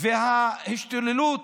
עם ההשתוללות